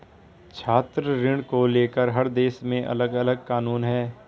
छात्र ऋण को लेकर हर देश में अलगअलग कानून है